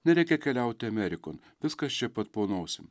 nereikia keliauti amerikon viskas čia pat po nosim